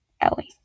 Ellie